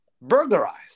burglarized